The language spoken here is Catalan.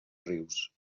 rius